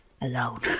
alone